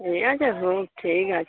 ঠিক আছে হু ঠিক আছে